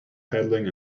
paddling